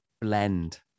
blend